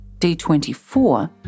D24